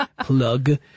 Plug